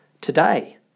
today